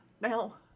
now